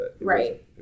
Right